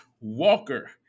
Walker